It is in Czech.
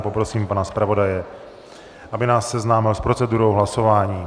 Poprosím pana zpravodaje, aby nás seznámil s procedurou hlasování.